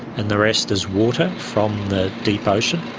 and the rest is water from the deep ocean.